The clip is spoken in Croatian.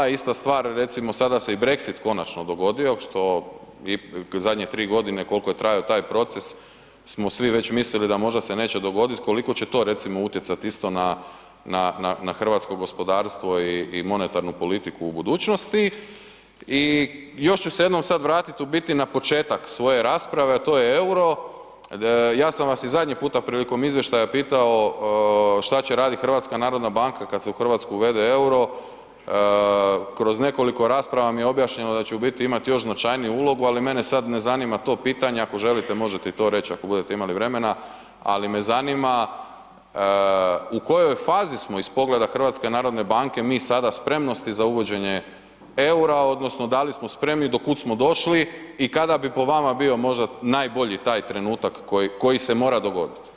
Ista stvar, recimo sada se i brexit konačno dogodio, što zadnje 3.g. kolko je trajao taj proces smo svi već mislili da možda se neće dogodit, koliko će to recimo utjecat isto na, na, na hrvatsko gospodarstvo i monetarnu politiku u budućnosti i još ću se jednom sad vratit u biti na početak svoje rasprave, a to je EUR-o, ja sam vas i zadnji puta prilikom izvještaja pitao šta će radit HNB kad se u RH uvede EUR-o, kroz nekoliko rasprava mi je objašnjeno da ću u biti imat još značajniju ulogu, ali mene sad ne zanima to pitanje, ako želite možete i to reć ako budete imali vremena, ali me zanima u kojoj smo fazi iz pogleda HNB-a mi sada spremnosti za uvođenje EUR-a odnosno da li smo spremni, do kud smo došli i kada bi po vama bio možda najbolji taj trenutak koji se mora dogodit?